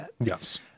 Yes